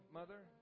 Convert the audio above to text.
mother